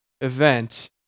event